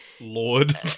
Lord